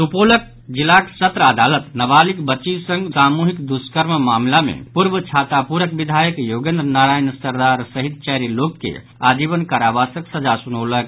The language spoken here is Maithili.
सुपौलक जिलाक सत्र अदालत नाबालिग बच्चीक संग सामूहिक दुष्कर्मक मामिला मे पूर्व छातापुरक विधायक योगेन्द्र नारायण सरदार सहित चारि लोक के आजीवन कारावासक सजा सुनौलक